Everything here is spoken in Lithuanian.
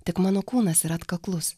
tik mano kūnas yra atkaklus